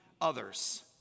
others